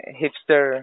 hipster